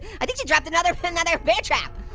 i think she dropped another but another bear trap!